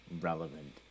relevant